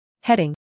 Heading